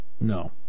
no